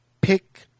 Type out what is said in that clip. pick